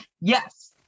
Yes